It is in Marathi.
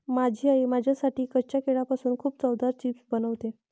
माझी आई माझ्यासाठी कच्च्या केळीपासून खूप चवदार चिप्स बनवते